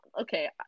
Okay